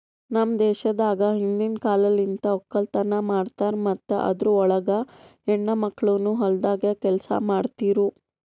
ನಮ್ ದೇಶದಾಗ್ ಹಿಂದಿನ್ ಕಾಲಲಿಂತ್ ಒಕ್ಕಲತನ ಮಾಡ್ತಾರ್ ಮತ್ತ ಅದುರ್ ಒಳಗ ಹೆಣ್ಣ ಮಕ್ಕಳನು ಹೊಲ್ದಾಗ್ ಕೆಲಸ ಮಾಡ್ತಿರೂ